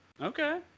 Okay